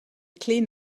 clean